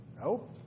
No